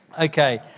Okay